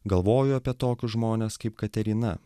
galvoju apie tokius žmones kaip kateryna